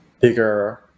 bigger